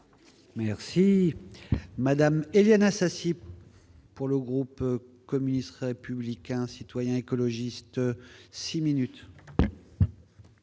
Merci Madame Éliane Assassi. Pour le groupe communiste, républicain, citoyen écologistes